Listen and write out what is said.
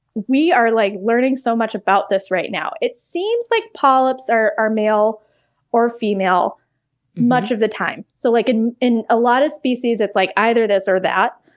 we are like learning so much about this right now. it seems like polyps are male or female much of the time. so like in in a lot of species, it's like either this or that.